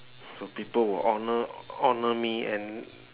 so people will honour honour me and